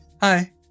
hi